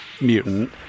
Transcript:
mutant